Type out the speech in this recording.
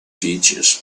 features